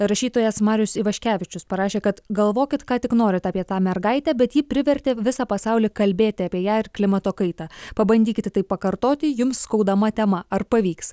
rašytojas marius ivaškevičius parašė kad galvokit ką tik norit apie tą mergaitę bet ji privertė visą pasaulį kalbėti apie ją ir klimato kaitą pabandykite tai pakartoti jums skaudama tema ar pavyks